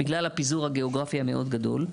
בגלל הפיזור הגיאוגרפי המאוד גדול.